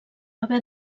haver